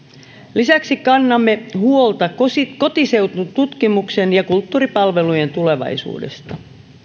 lisäksi kannamme huolta kotiseutututkimuksen ja kulttuuripalvelujen tulevaisuudesta